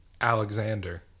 Alexander